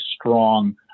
strong